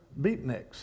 beatniks